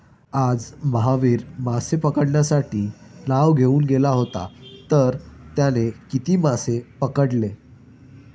आज महावीर मासे पकडण्यासाठी नाव घेऊन गेला होता तर त्याने किती मासे पकडले?